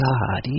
God